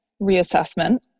reassessment